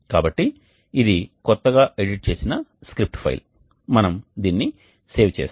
కాబట్టి ఇది కొత్తగా ఎడిట్ చేసిన స్క్రిప్ట్ ఫైల్ మనము దీన్ని సేవ్ చేస్తాము